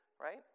Right